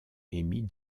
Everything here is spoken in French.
émis